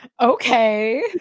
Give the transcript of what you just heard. Okay